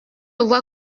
vois